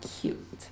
cute